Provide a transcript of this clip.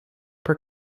per